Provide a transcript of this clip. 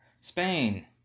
Spain